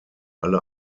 alle